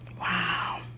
Wow